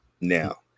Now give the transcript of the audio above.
now